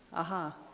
aha